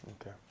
Okay